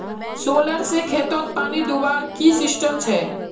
Solar से खेतोत पानी दुबार की सिस्टम छे?